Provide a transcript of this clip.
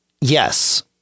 Yes